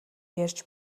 ярьж